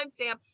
timestamp